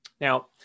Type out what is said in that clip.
Now